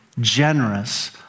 generous